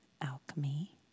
alchemy